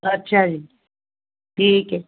ਅੱਛਾ ਜੀ ਠੀਕ ਏ